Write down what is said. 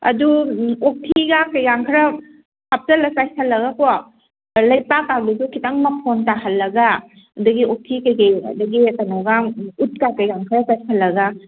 ꯑꯗꯨ ꯑꯣꯛꯊꯤꯒ ꯀꯩꯀꯥ ꯈꯔ ꯍꯥꯞꯆꯜꯂ ꯆꯥꯏꯁꯜꯂꯒꯀꯣ ꯂꯩꯄꯥꯛ ꯀꯥꯗꯨꯁꯨ ꯈꯤꯇꯪ ꯃꯐꯣꯟ ꯇꯥꯍꯜꯂꯒ ꯑꯗꯒꯤ ꯑꯣꯛꯊꯤ ꯀꯩꯀꯩ ꯑꯗꯒꯤ ꯀꯩꯅꯣꯒ ꯎꯠ ꯀꯩꯀꯥ ꯈꯔ ꯆꯥꯏꯁꯜꯂꯒ